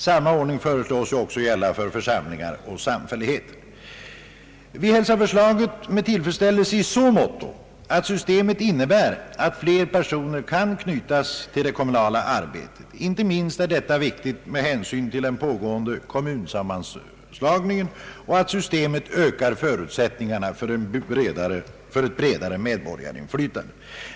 Samma ordning föreslås gälla för församlingar och samfälligheter. Vi hälsar förslaget med tillfredsställelse i så måtto att systemet innebär att fler personer kan knytas till det kommunala arbetet. Inte minst är detta viktigt med hänsyn till den pågående kommunsammanslagningen och att systemet ökar förutsättningarna för ett bredare medborgarinflytande.